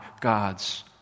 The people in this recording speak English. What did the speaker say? God's